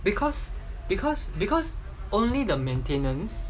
because because because only the maintenance